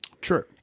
True